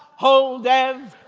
hold and